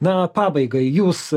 na pabaigai jūs